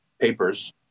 papers